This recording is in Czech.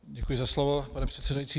Děkuji za slovo, pane předsedající.